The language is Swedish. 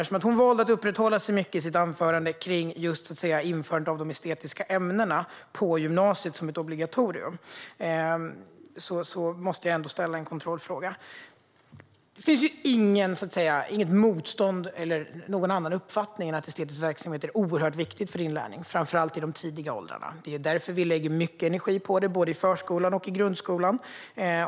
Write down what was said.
Eftersom hon i sitt anförande valde att uppehålla sig mycket vid införandet av de estetiska ämnena på gymnasiet som ett obligatorium måste jag ställa en kontrollfråga. Det finns inget motstånd eller någon annan uppfattning än att estetisk verksamhet är oerhört viktig för inlärningen, framför allt i de tidiga åldrarna. Det är därför vi lägger mycket energi på det, både i förskolan och i grundskolan.